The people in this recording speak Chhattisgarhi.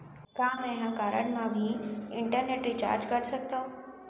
का मैं ह कारड मा भी इंटरनेट रिचार्ज कर सकथो